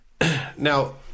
Now